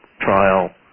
trial